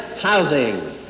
housing